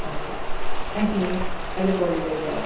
okay thank you I will call you later